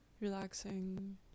relaxing